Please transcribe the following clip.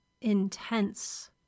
intense